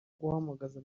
guhamagaza